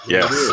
Yes